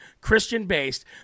Christian-based